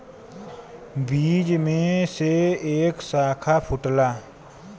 बीज में से एक साखा फूटला